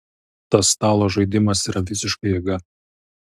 tas stalo žaidimas yra visiška jėga